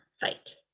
fight